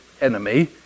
enemy